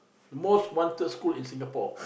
most wanted school in Singapore